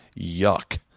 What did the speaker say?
yuck